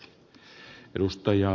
arvoisa puhemies